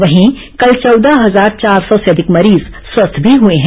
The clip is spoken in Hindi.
वहीं कल चौदह हजार चार सौ से अधिक मरीज स्वस्थ भी हुए हैं